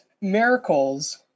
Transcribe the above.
miracles